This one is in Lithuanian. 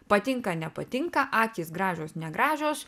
patinka nepatinka akys gražios negražios